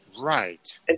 Right